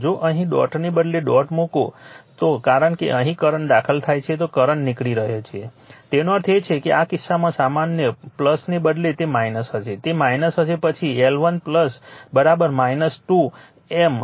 જો અહીં ડોટને બદલે ડોટ મુકો કારણ કે અહીં કરંટ દાખલ થાય છે તો કરંટ નીકળી રહ્યો છે તેનો અર્થ એ કે તે કિસ્સામાં સામાન્ય ને બદલે તે હશે તે હશે પછીL1 2 M હશે